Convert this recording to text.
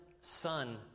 son